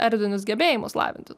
erdvinius gebėjimus lavinti